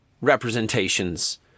representations